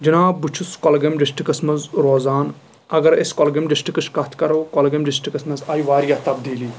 جِناب بہٕ چھُس کۄلگٲم ڈسٹرکس منٛز روزان اَگر أسۍ کۄلگٲم ڈسٹرکٕچ کَتھ کَرو کۄلگٲم ڈِسٹرکس منٛز آیہِ واریاہ تبدیٖلی